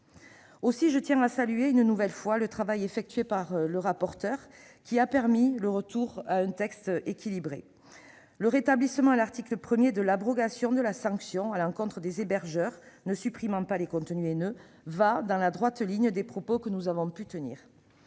laquelle je tiens à saluer une nouvelle fois le travail effectué par le rapporteur, qui a permis le retour à un texte équilibré. Le rétablissement à l'article 1 de l'abrogation de la sanction à l'encontre des hébergeurs ne supprimant pas les contenus haineux s'inscrit dans la droite ligne des propos que nous avons pu tenir.